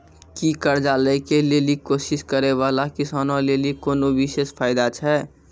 कि कर्जा लै के लेली कोशिश करै बाला किसानो लेली कोनो विशेष फायदा छै?